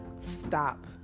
stop